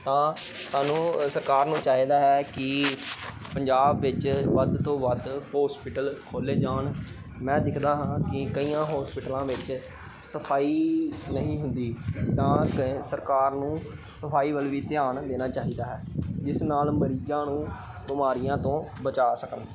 ਤਾਂ ਸਾਨੂੰ ਸਰਕਾਰ ਨੂੰ ਚਾਹੀਦਾ ਹੈ ਕਿ ਪੰਜਾਬ ਵਿੱਚ ਵੱਧ ਤੋਂ ਵੱਧ ਹੌਸਪੀਟਲ ਖੋਲ੍ਹੇ ਜਾਣ ਮੈਂ ਦੇਖਦਾ ਹਾਂ ਕਿ ਕਈਆਂ ਹੌਸਪੀਟਲਾਂ ਵਿੱਚ ਸਫਾਈ ਨਹੀਂ ਹੁੰਦੀ ਤਾਂ ਅਤੇ ਸਰਕਾਰ ਨੂੰ ਸਫਾਈ ਵੱਲ ਵੀ ਧਿਆਨ ਦੇਣਾ ਚਾਹੀਦਾ ਹੈ ਜਿਸ ਨਾਲ ਮਰੀਜ਼ਾਂ ਨੂੰ ਬਿਮਾਰੀਆਂ ਤੋਂ ਬਚਾਅ ਸਕਣ